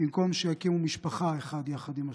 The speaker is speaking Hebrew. במקום שיקימו משפחה אחד יחד עם השני,